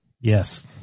Yes